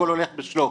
הכול הולך בשלוף.